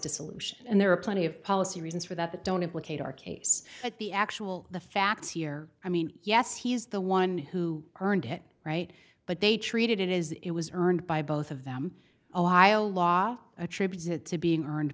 dissolution and there are plenty of policy reasons for that that don't implicate our case at the actual the facts here i mean yes he is the one who earned it right but they treated it as it was earned by both of them a lie a law attributed to being earned